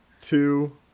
two